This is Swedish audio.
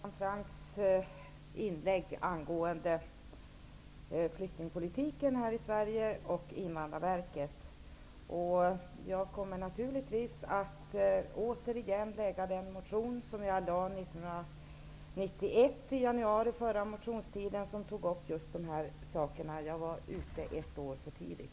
Herr talman! Jag vill instämma i Hans Göran Invandrarverket här i Sverige. Jag kommer naturligtvis att återigen väcka samma motion som jag väckte under den förra allmänna motionstiden i januari 1992, där jag tog upp dessa frågor. Men jag var ute ett år för tidigt.